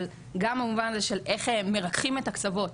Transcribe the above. אבל גם המובן הזה של איך מרככים את הקצוות,